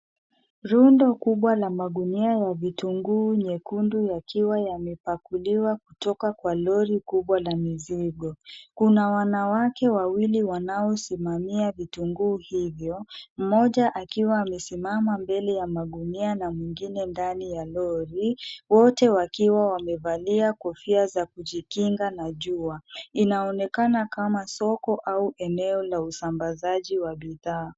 Rundo kubwa la magunia ya vitunguu nyekundu yakiwa yamepakuliwa kutoka kwa lori kubwa la mizigo. Kuna wanawake wawili wanaosimamia vitunguu hivyo, mmoja akiwa amesimama mbele ya magunia na mwingine ndani ya lori wote wakiwa wamevalia kofia za kujikinga na jua. Inaonekana kama soko au eneo la usambazaji wa bidhaa.